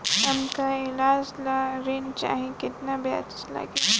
हमका ईलाज ला ऋण चाही केतना ब्याज लागी?